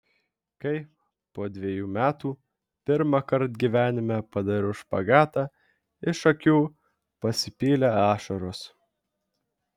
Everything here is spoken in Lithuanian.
kai po dvejų metų pirmąkart gyvenime padariau špagatą iš akių pasipylė ašaros